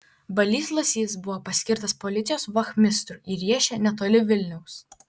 balys lasys buvo paskirtas policijos vachmistru į riešę netoli vilniaus